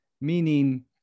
meaning